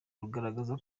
rugaragaza